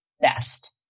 best